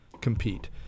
compete